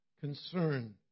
concern